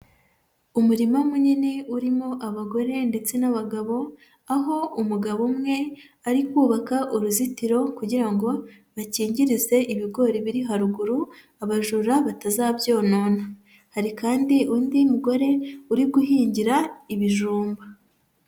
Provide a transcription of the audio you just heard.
Umurima munini urimo abagore ndetse n'abagabo, aho umugabo umwe ari kubaka uruzitiro kugira ngo bakingirize ibigori biri haruguru, abajura batazabyonona. Hari kandi undi mugore uri guhingira ibijumba.